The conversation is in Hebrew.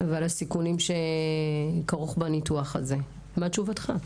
על הסיכונים שכרוכים בניתוח הזה, מה תשובתך?